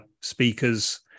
speakers